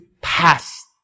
past